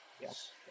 Yes